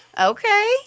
Okay